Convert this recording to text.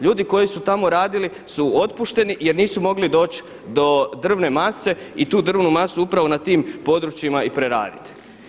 Ljudi koji su tamo radili su otpušteni jer nisu mogli doći do drvne mase i tu drvnu masu upravo na tim područjima i preraditi.